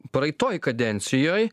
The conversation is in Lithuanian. praeitoj kadencijoj